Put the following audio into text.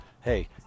Hey